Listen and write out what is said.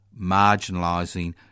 marginalising